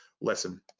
lesson